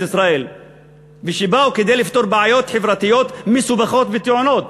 ישראל ושבאו כדי לפתור בעיות חברתיות מסובכות וטעונות,